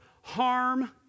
harm